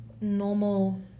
normal